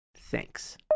Thanks